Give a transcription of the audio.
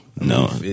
No